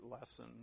lesson